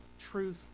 truth